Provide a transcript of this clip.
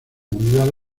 mundial